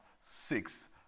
six